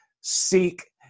Seek